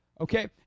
okay